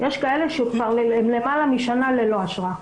יש כאלה שהן כבר למעלה משנה ללא אשרה.